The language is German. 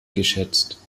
geschätzt